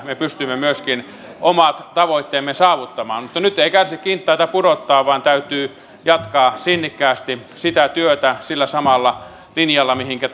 me pystymme myöskin omat tavoitteemme saavuttamaan mutta nyt ei kärsi kintaita pudottaa vaan täytyy jatkaa sinnikkäästi sitä työtä sillä samalla linjalla mitenkä